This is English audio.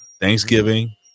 Thanksgiving